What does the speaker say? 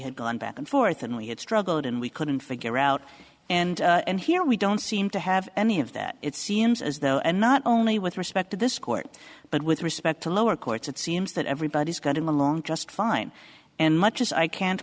had gone back and forth and we had struggled and we couldn't figure out and and here we don't seem to have any of that it seems as though and not only with respect to this court but with respect to lower courts it seems that everybody's got him along just fine and much as i can't